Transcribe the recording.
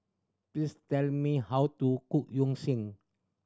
please tell me how to cook Yu Sheng